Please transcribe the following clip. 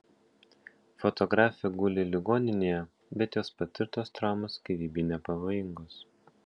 fotografė guli ligoninėje bet jos patirtos traumos gyvybei nepavojingos